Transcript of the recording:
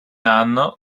anno